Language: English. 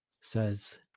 says